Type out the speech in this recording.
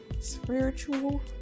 spiritual